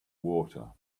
water